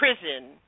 prison